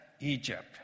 Egypt